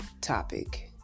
topic